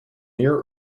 near